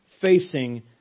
facing